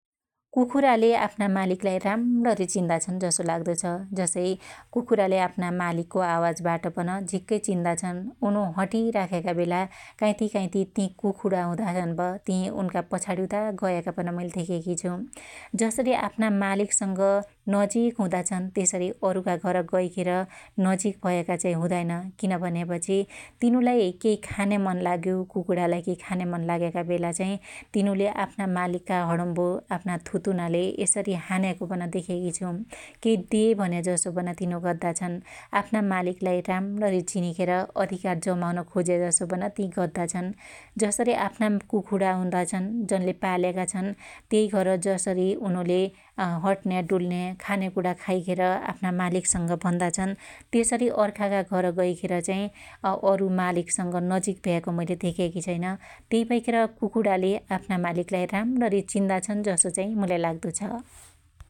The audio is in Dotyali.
कुखुराले आफ्ना मालिकलाई राम्रणी चिन्दा छन जसो लाग्दो छ । जसै कुखुराले आफ्ना मालीकको आवाज बाट पन झीक्कै चिन्दा छन् । उनु हटीराख्याका बेला काइथिकाइथी त कुखुणा हुदा छन प ति उनकन पछाडीउदा गयाका पन मुइले धेक्याकी छु । जसरी आफ्ना मालिकसंग नजिक हुदाछन त्यसरी अरुका घर गैखेर नजिक भयाका चाइ हुदाइन, किन भन्यापछी तिनुलाइ केइ खान्यामन लाग्यो कुकुणालाई केइ खान मन लाग्याका बेला चाइ तिनुले आफ्ना मालिकका हण्म्बो आफ्ना थुतुनाले यसरी हान्याको पन देक्याकी छु । केइ दे भन्याजसो पन तिनु गद्दा छन, आफ्ना मालिकलाई राम्रणणी चिनिखेर अधिकार जमाउन खोज्याजसो पन ति गद्दा छन । जसरी आफ्ना कुखुणा हुदा छन जन्ले पाल्याका छन् त्यइघर जसरी उनुलेर हट्न्या डुल्न्या खान्याक्णा खाइखेर आफ्ना मालिकसंग भन्दा छन त्यसरी अर्खाका घर गैखेर चाहि अरु मालिकसंग नजिक भयाको मैले धेक्याकी छैन् । त्यइ भैखेर कुखुणाले आफ्ना मालिक राम्णी चिन्दाछन जसो चाहि मुलाई लाग्दो छ ।